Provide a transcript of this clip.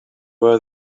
were